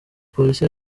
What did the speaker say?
polisi